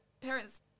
parents